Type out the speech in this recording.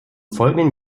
folgenden